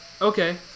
okay